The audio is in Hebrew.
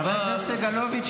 חבר הכנסת סגלוביץ',